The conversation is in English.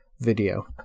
video